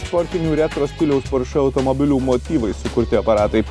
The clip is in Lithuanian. sportinių retro stiliaus porsche automobilių motyvais sukurti aparatai